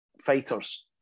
fighters